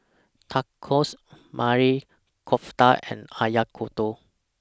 Tacos Maili Kofta and Oyakodon